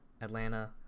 Atlanta